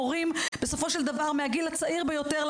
מורים בסופו של דבר מהגיל הצעיר ביותר,